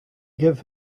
give